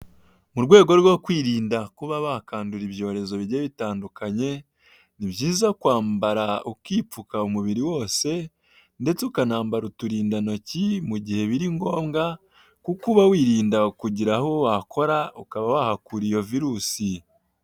Mu rwego rwo kwirinda kuba bakandura ibyorezo bijya bitandukanye ni byiza kwambara ukipfuka umubiri wose ndetse ukanambara uturindantoki mu gihe biri ngombwa kuko uba wirinda kugira aho wakora ukaba wahakura iyo virusi.